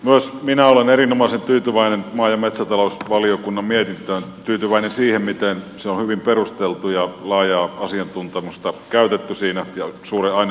myös minä olen erinomaisen tyytyväinen maa ja metsätalousvaliokunnan mietintöön tyytyväinen siihen miten se on hyvin perusteltu ja laajaa asiantuntemusta on käytetty siinä ja suuren aineiston perusteella